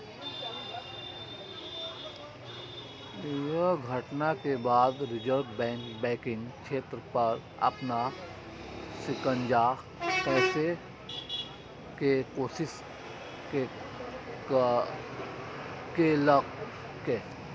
अय घटना के बाद रिजर्व बैंक बैंकिंग क्षेत्र पर अपन शिकंजा कसै के कोशिश केलकै